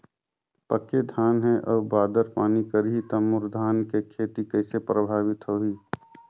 पके धान हे अउ बादर पानी करही त मोर धान के खेती कइसे प्रभावित होही?